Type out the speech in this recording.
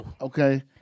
Okay